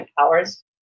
hours